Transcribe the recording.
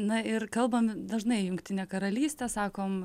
na ir kalbam dažnai jungtinė karalystė sakom